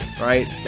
right